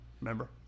Remember